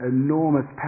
enormous